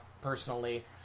personally